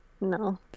no